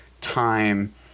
time